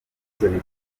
bikomeye